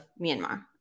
Myanmar